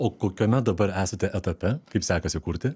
o kokiame dabar esate etape kaip sekasi kurti